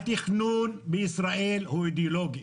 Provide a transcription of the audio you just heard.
התכנון בישראל הוא אידיאולוגי.